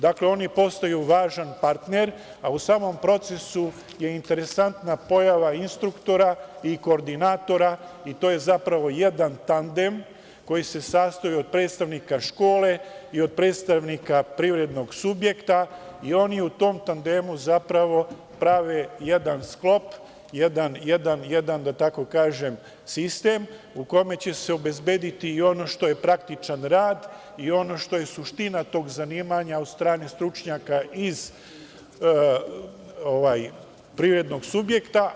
Dakle, oni postaju važan partner, a u samom procesu je interesantna pojava instruktora i koordinatora, i to je zapravo jedan tandem, koji se sastoji od predstavnika škole i od predstavnika privrednog subjekta i oni u tom tandemu zapravo prave jedan sklop, jedan sistem u kome će se obezbediti i ono što je praktičan rad i ono što je suština tog zanimanja od strane stručnjaka iz privrednog subjekta.